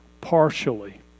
partially